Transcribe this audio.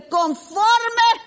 conforme